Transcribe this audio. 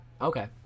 okay